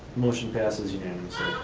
motion passes unanimously.